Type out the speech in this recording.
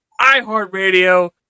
iHeartRadio